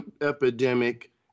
epidemic